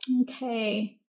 Okay